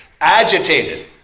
agitated